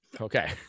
Okay